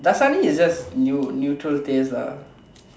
Dasani is just neu~ neutral taste lah